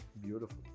Beautiful